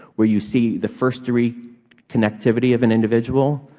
where you see the firstdegree connectivity of an individual.